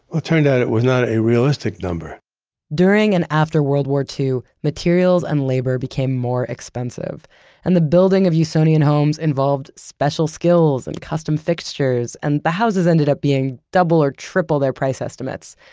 ah turned out it was not a realistic number during and after world war ii, materials and labor became more expensive and the building of usonian homes involved special skills and custom fixtures and the houses ended up being double or triple their price estimates.